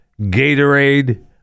Gatorade